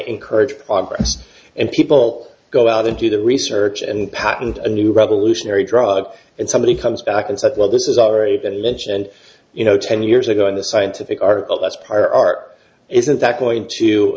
encourage progress and people go out and do the research and patent a new revolutionary drug and somebody comes back and said well this is already been mentioned you know ten years ago in the scientific article that's par isn't that going to